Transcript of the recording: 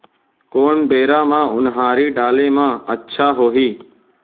कोन बेरा म उनहारी डाले म अच्छा होही?